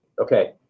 Okay